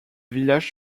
village